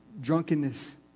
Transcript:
drunkenness